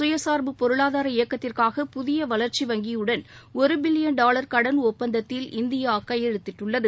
சுயசார்பு பொருளாதார இயக்கத்திற்காக புதிய வளர்ச்சி வங்கியுடன் ஒரு பில்லியன் டாவர் கடன் ஒப்பந்தத்தில் இந்தியா கையெழுத்திட்டுள்ளது